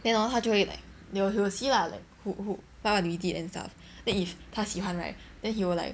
then hor 他就会 like they they will see lah like who who what we did and stuff then if 他喜欢 right then he will like